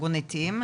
ארגון "עתים",